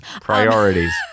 Priorities